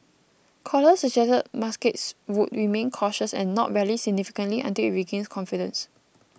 colas suggested markets would remain cautious and not rally significantly until it regains confidence